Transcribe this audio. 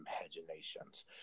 imaginations